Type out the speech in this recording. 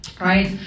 right